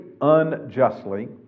unjustly